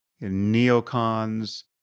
neocons